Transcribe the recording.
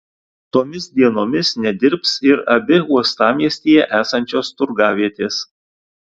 tomis dienomis nedirbs ir abi uostamiestyje esančios turgavietės